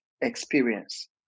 experience